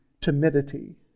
timidity